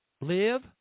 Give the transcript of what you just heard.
Live